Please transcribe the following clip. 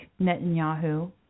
Netanyahu